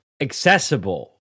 accessible